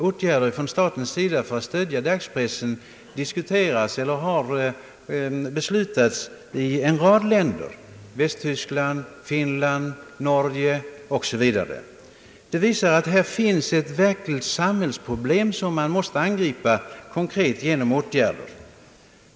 Åtgärder från statens sida för att stödja dagspressen diskuteras eller har beslutats i en rad länder, såsom Västtyskland, Finland och Norge. Det visar att här finns ett verkligt samhällsproblem som man måste lösa genom konkreta åtgärder.